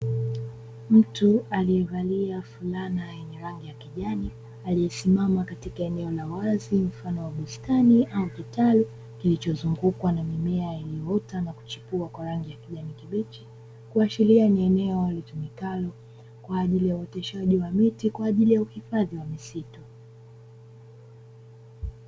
Mtu aliyevalia fulana yenye rangi ya kijani aliyesimama katika eneo la wazi mfano wa bustani au kitalu kilichozungukwa na mimea iliyoota na kuchipua kwa rangi ya kijani kibichi, kuashiria ni eneo litumikalo kwa ajili ya uoteshaji wa miti kwa ajili ya ukifadhi wa misitu.